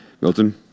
Milton